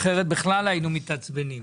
אחרת בכלל היינו מתעצבנים.